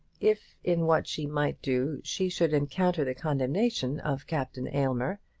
if in what she might do she should encounter the condemnation of captain aylmer,